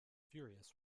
furious